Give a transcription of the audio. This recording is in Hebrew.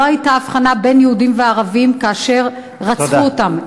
לא הייתה הבחנה בין יהודים וערבים כאשר רצחו אותם,